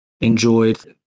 enjoyed